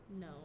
no